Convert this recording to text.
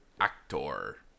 Actor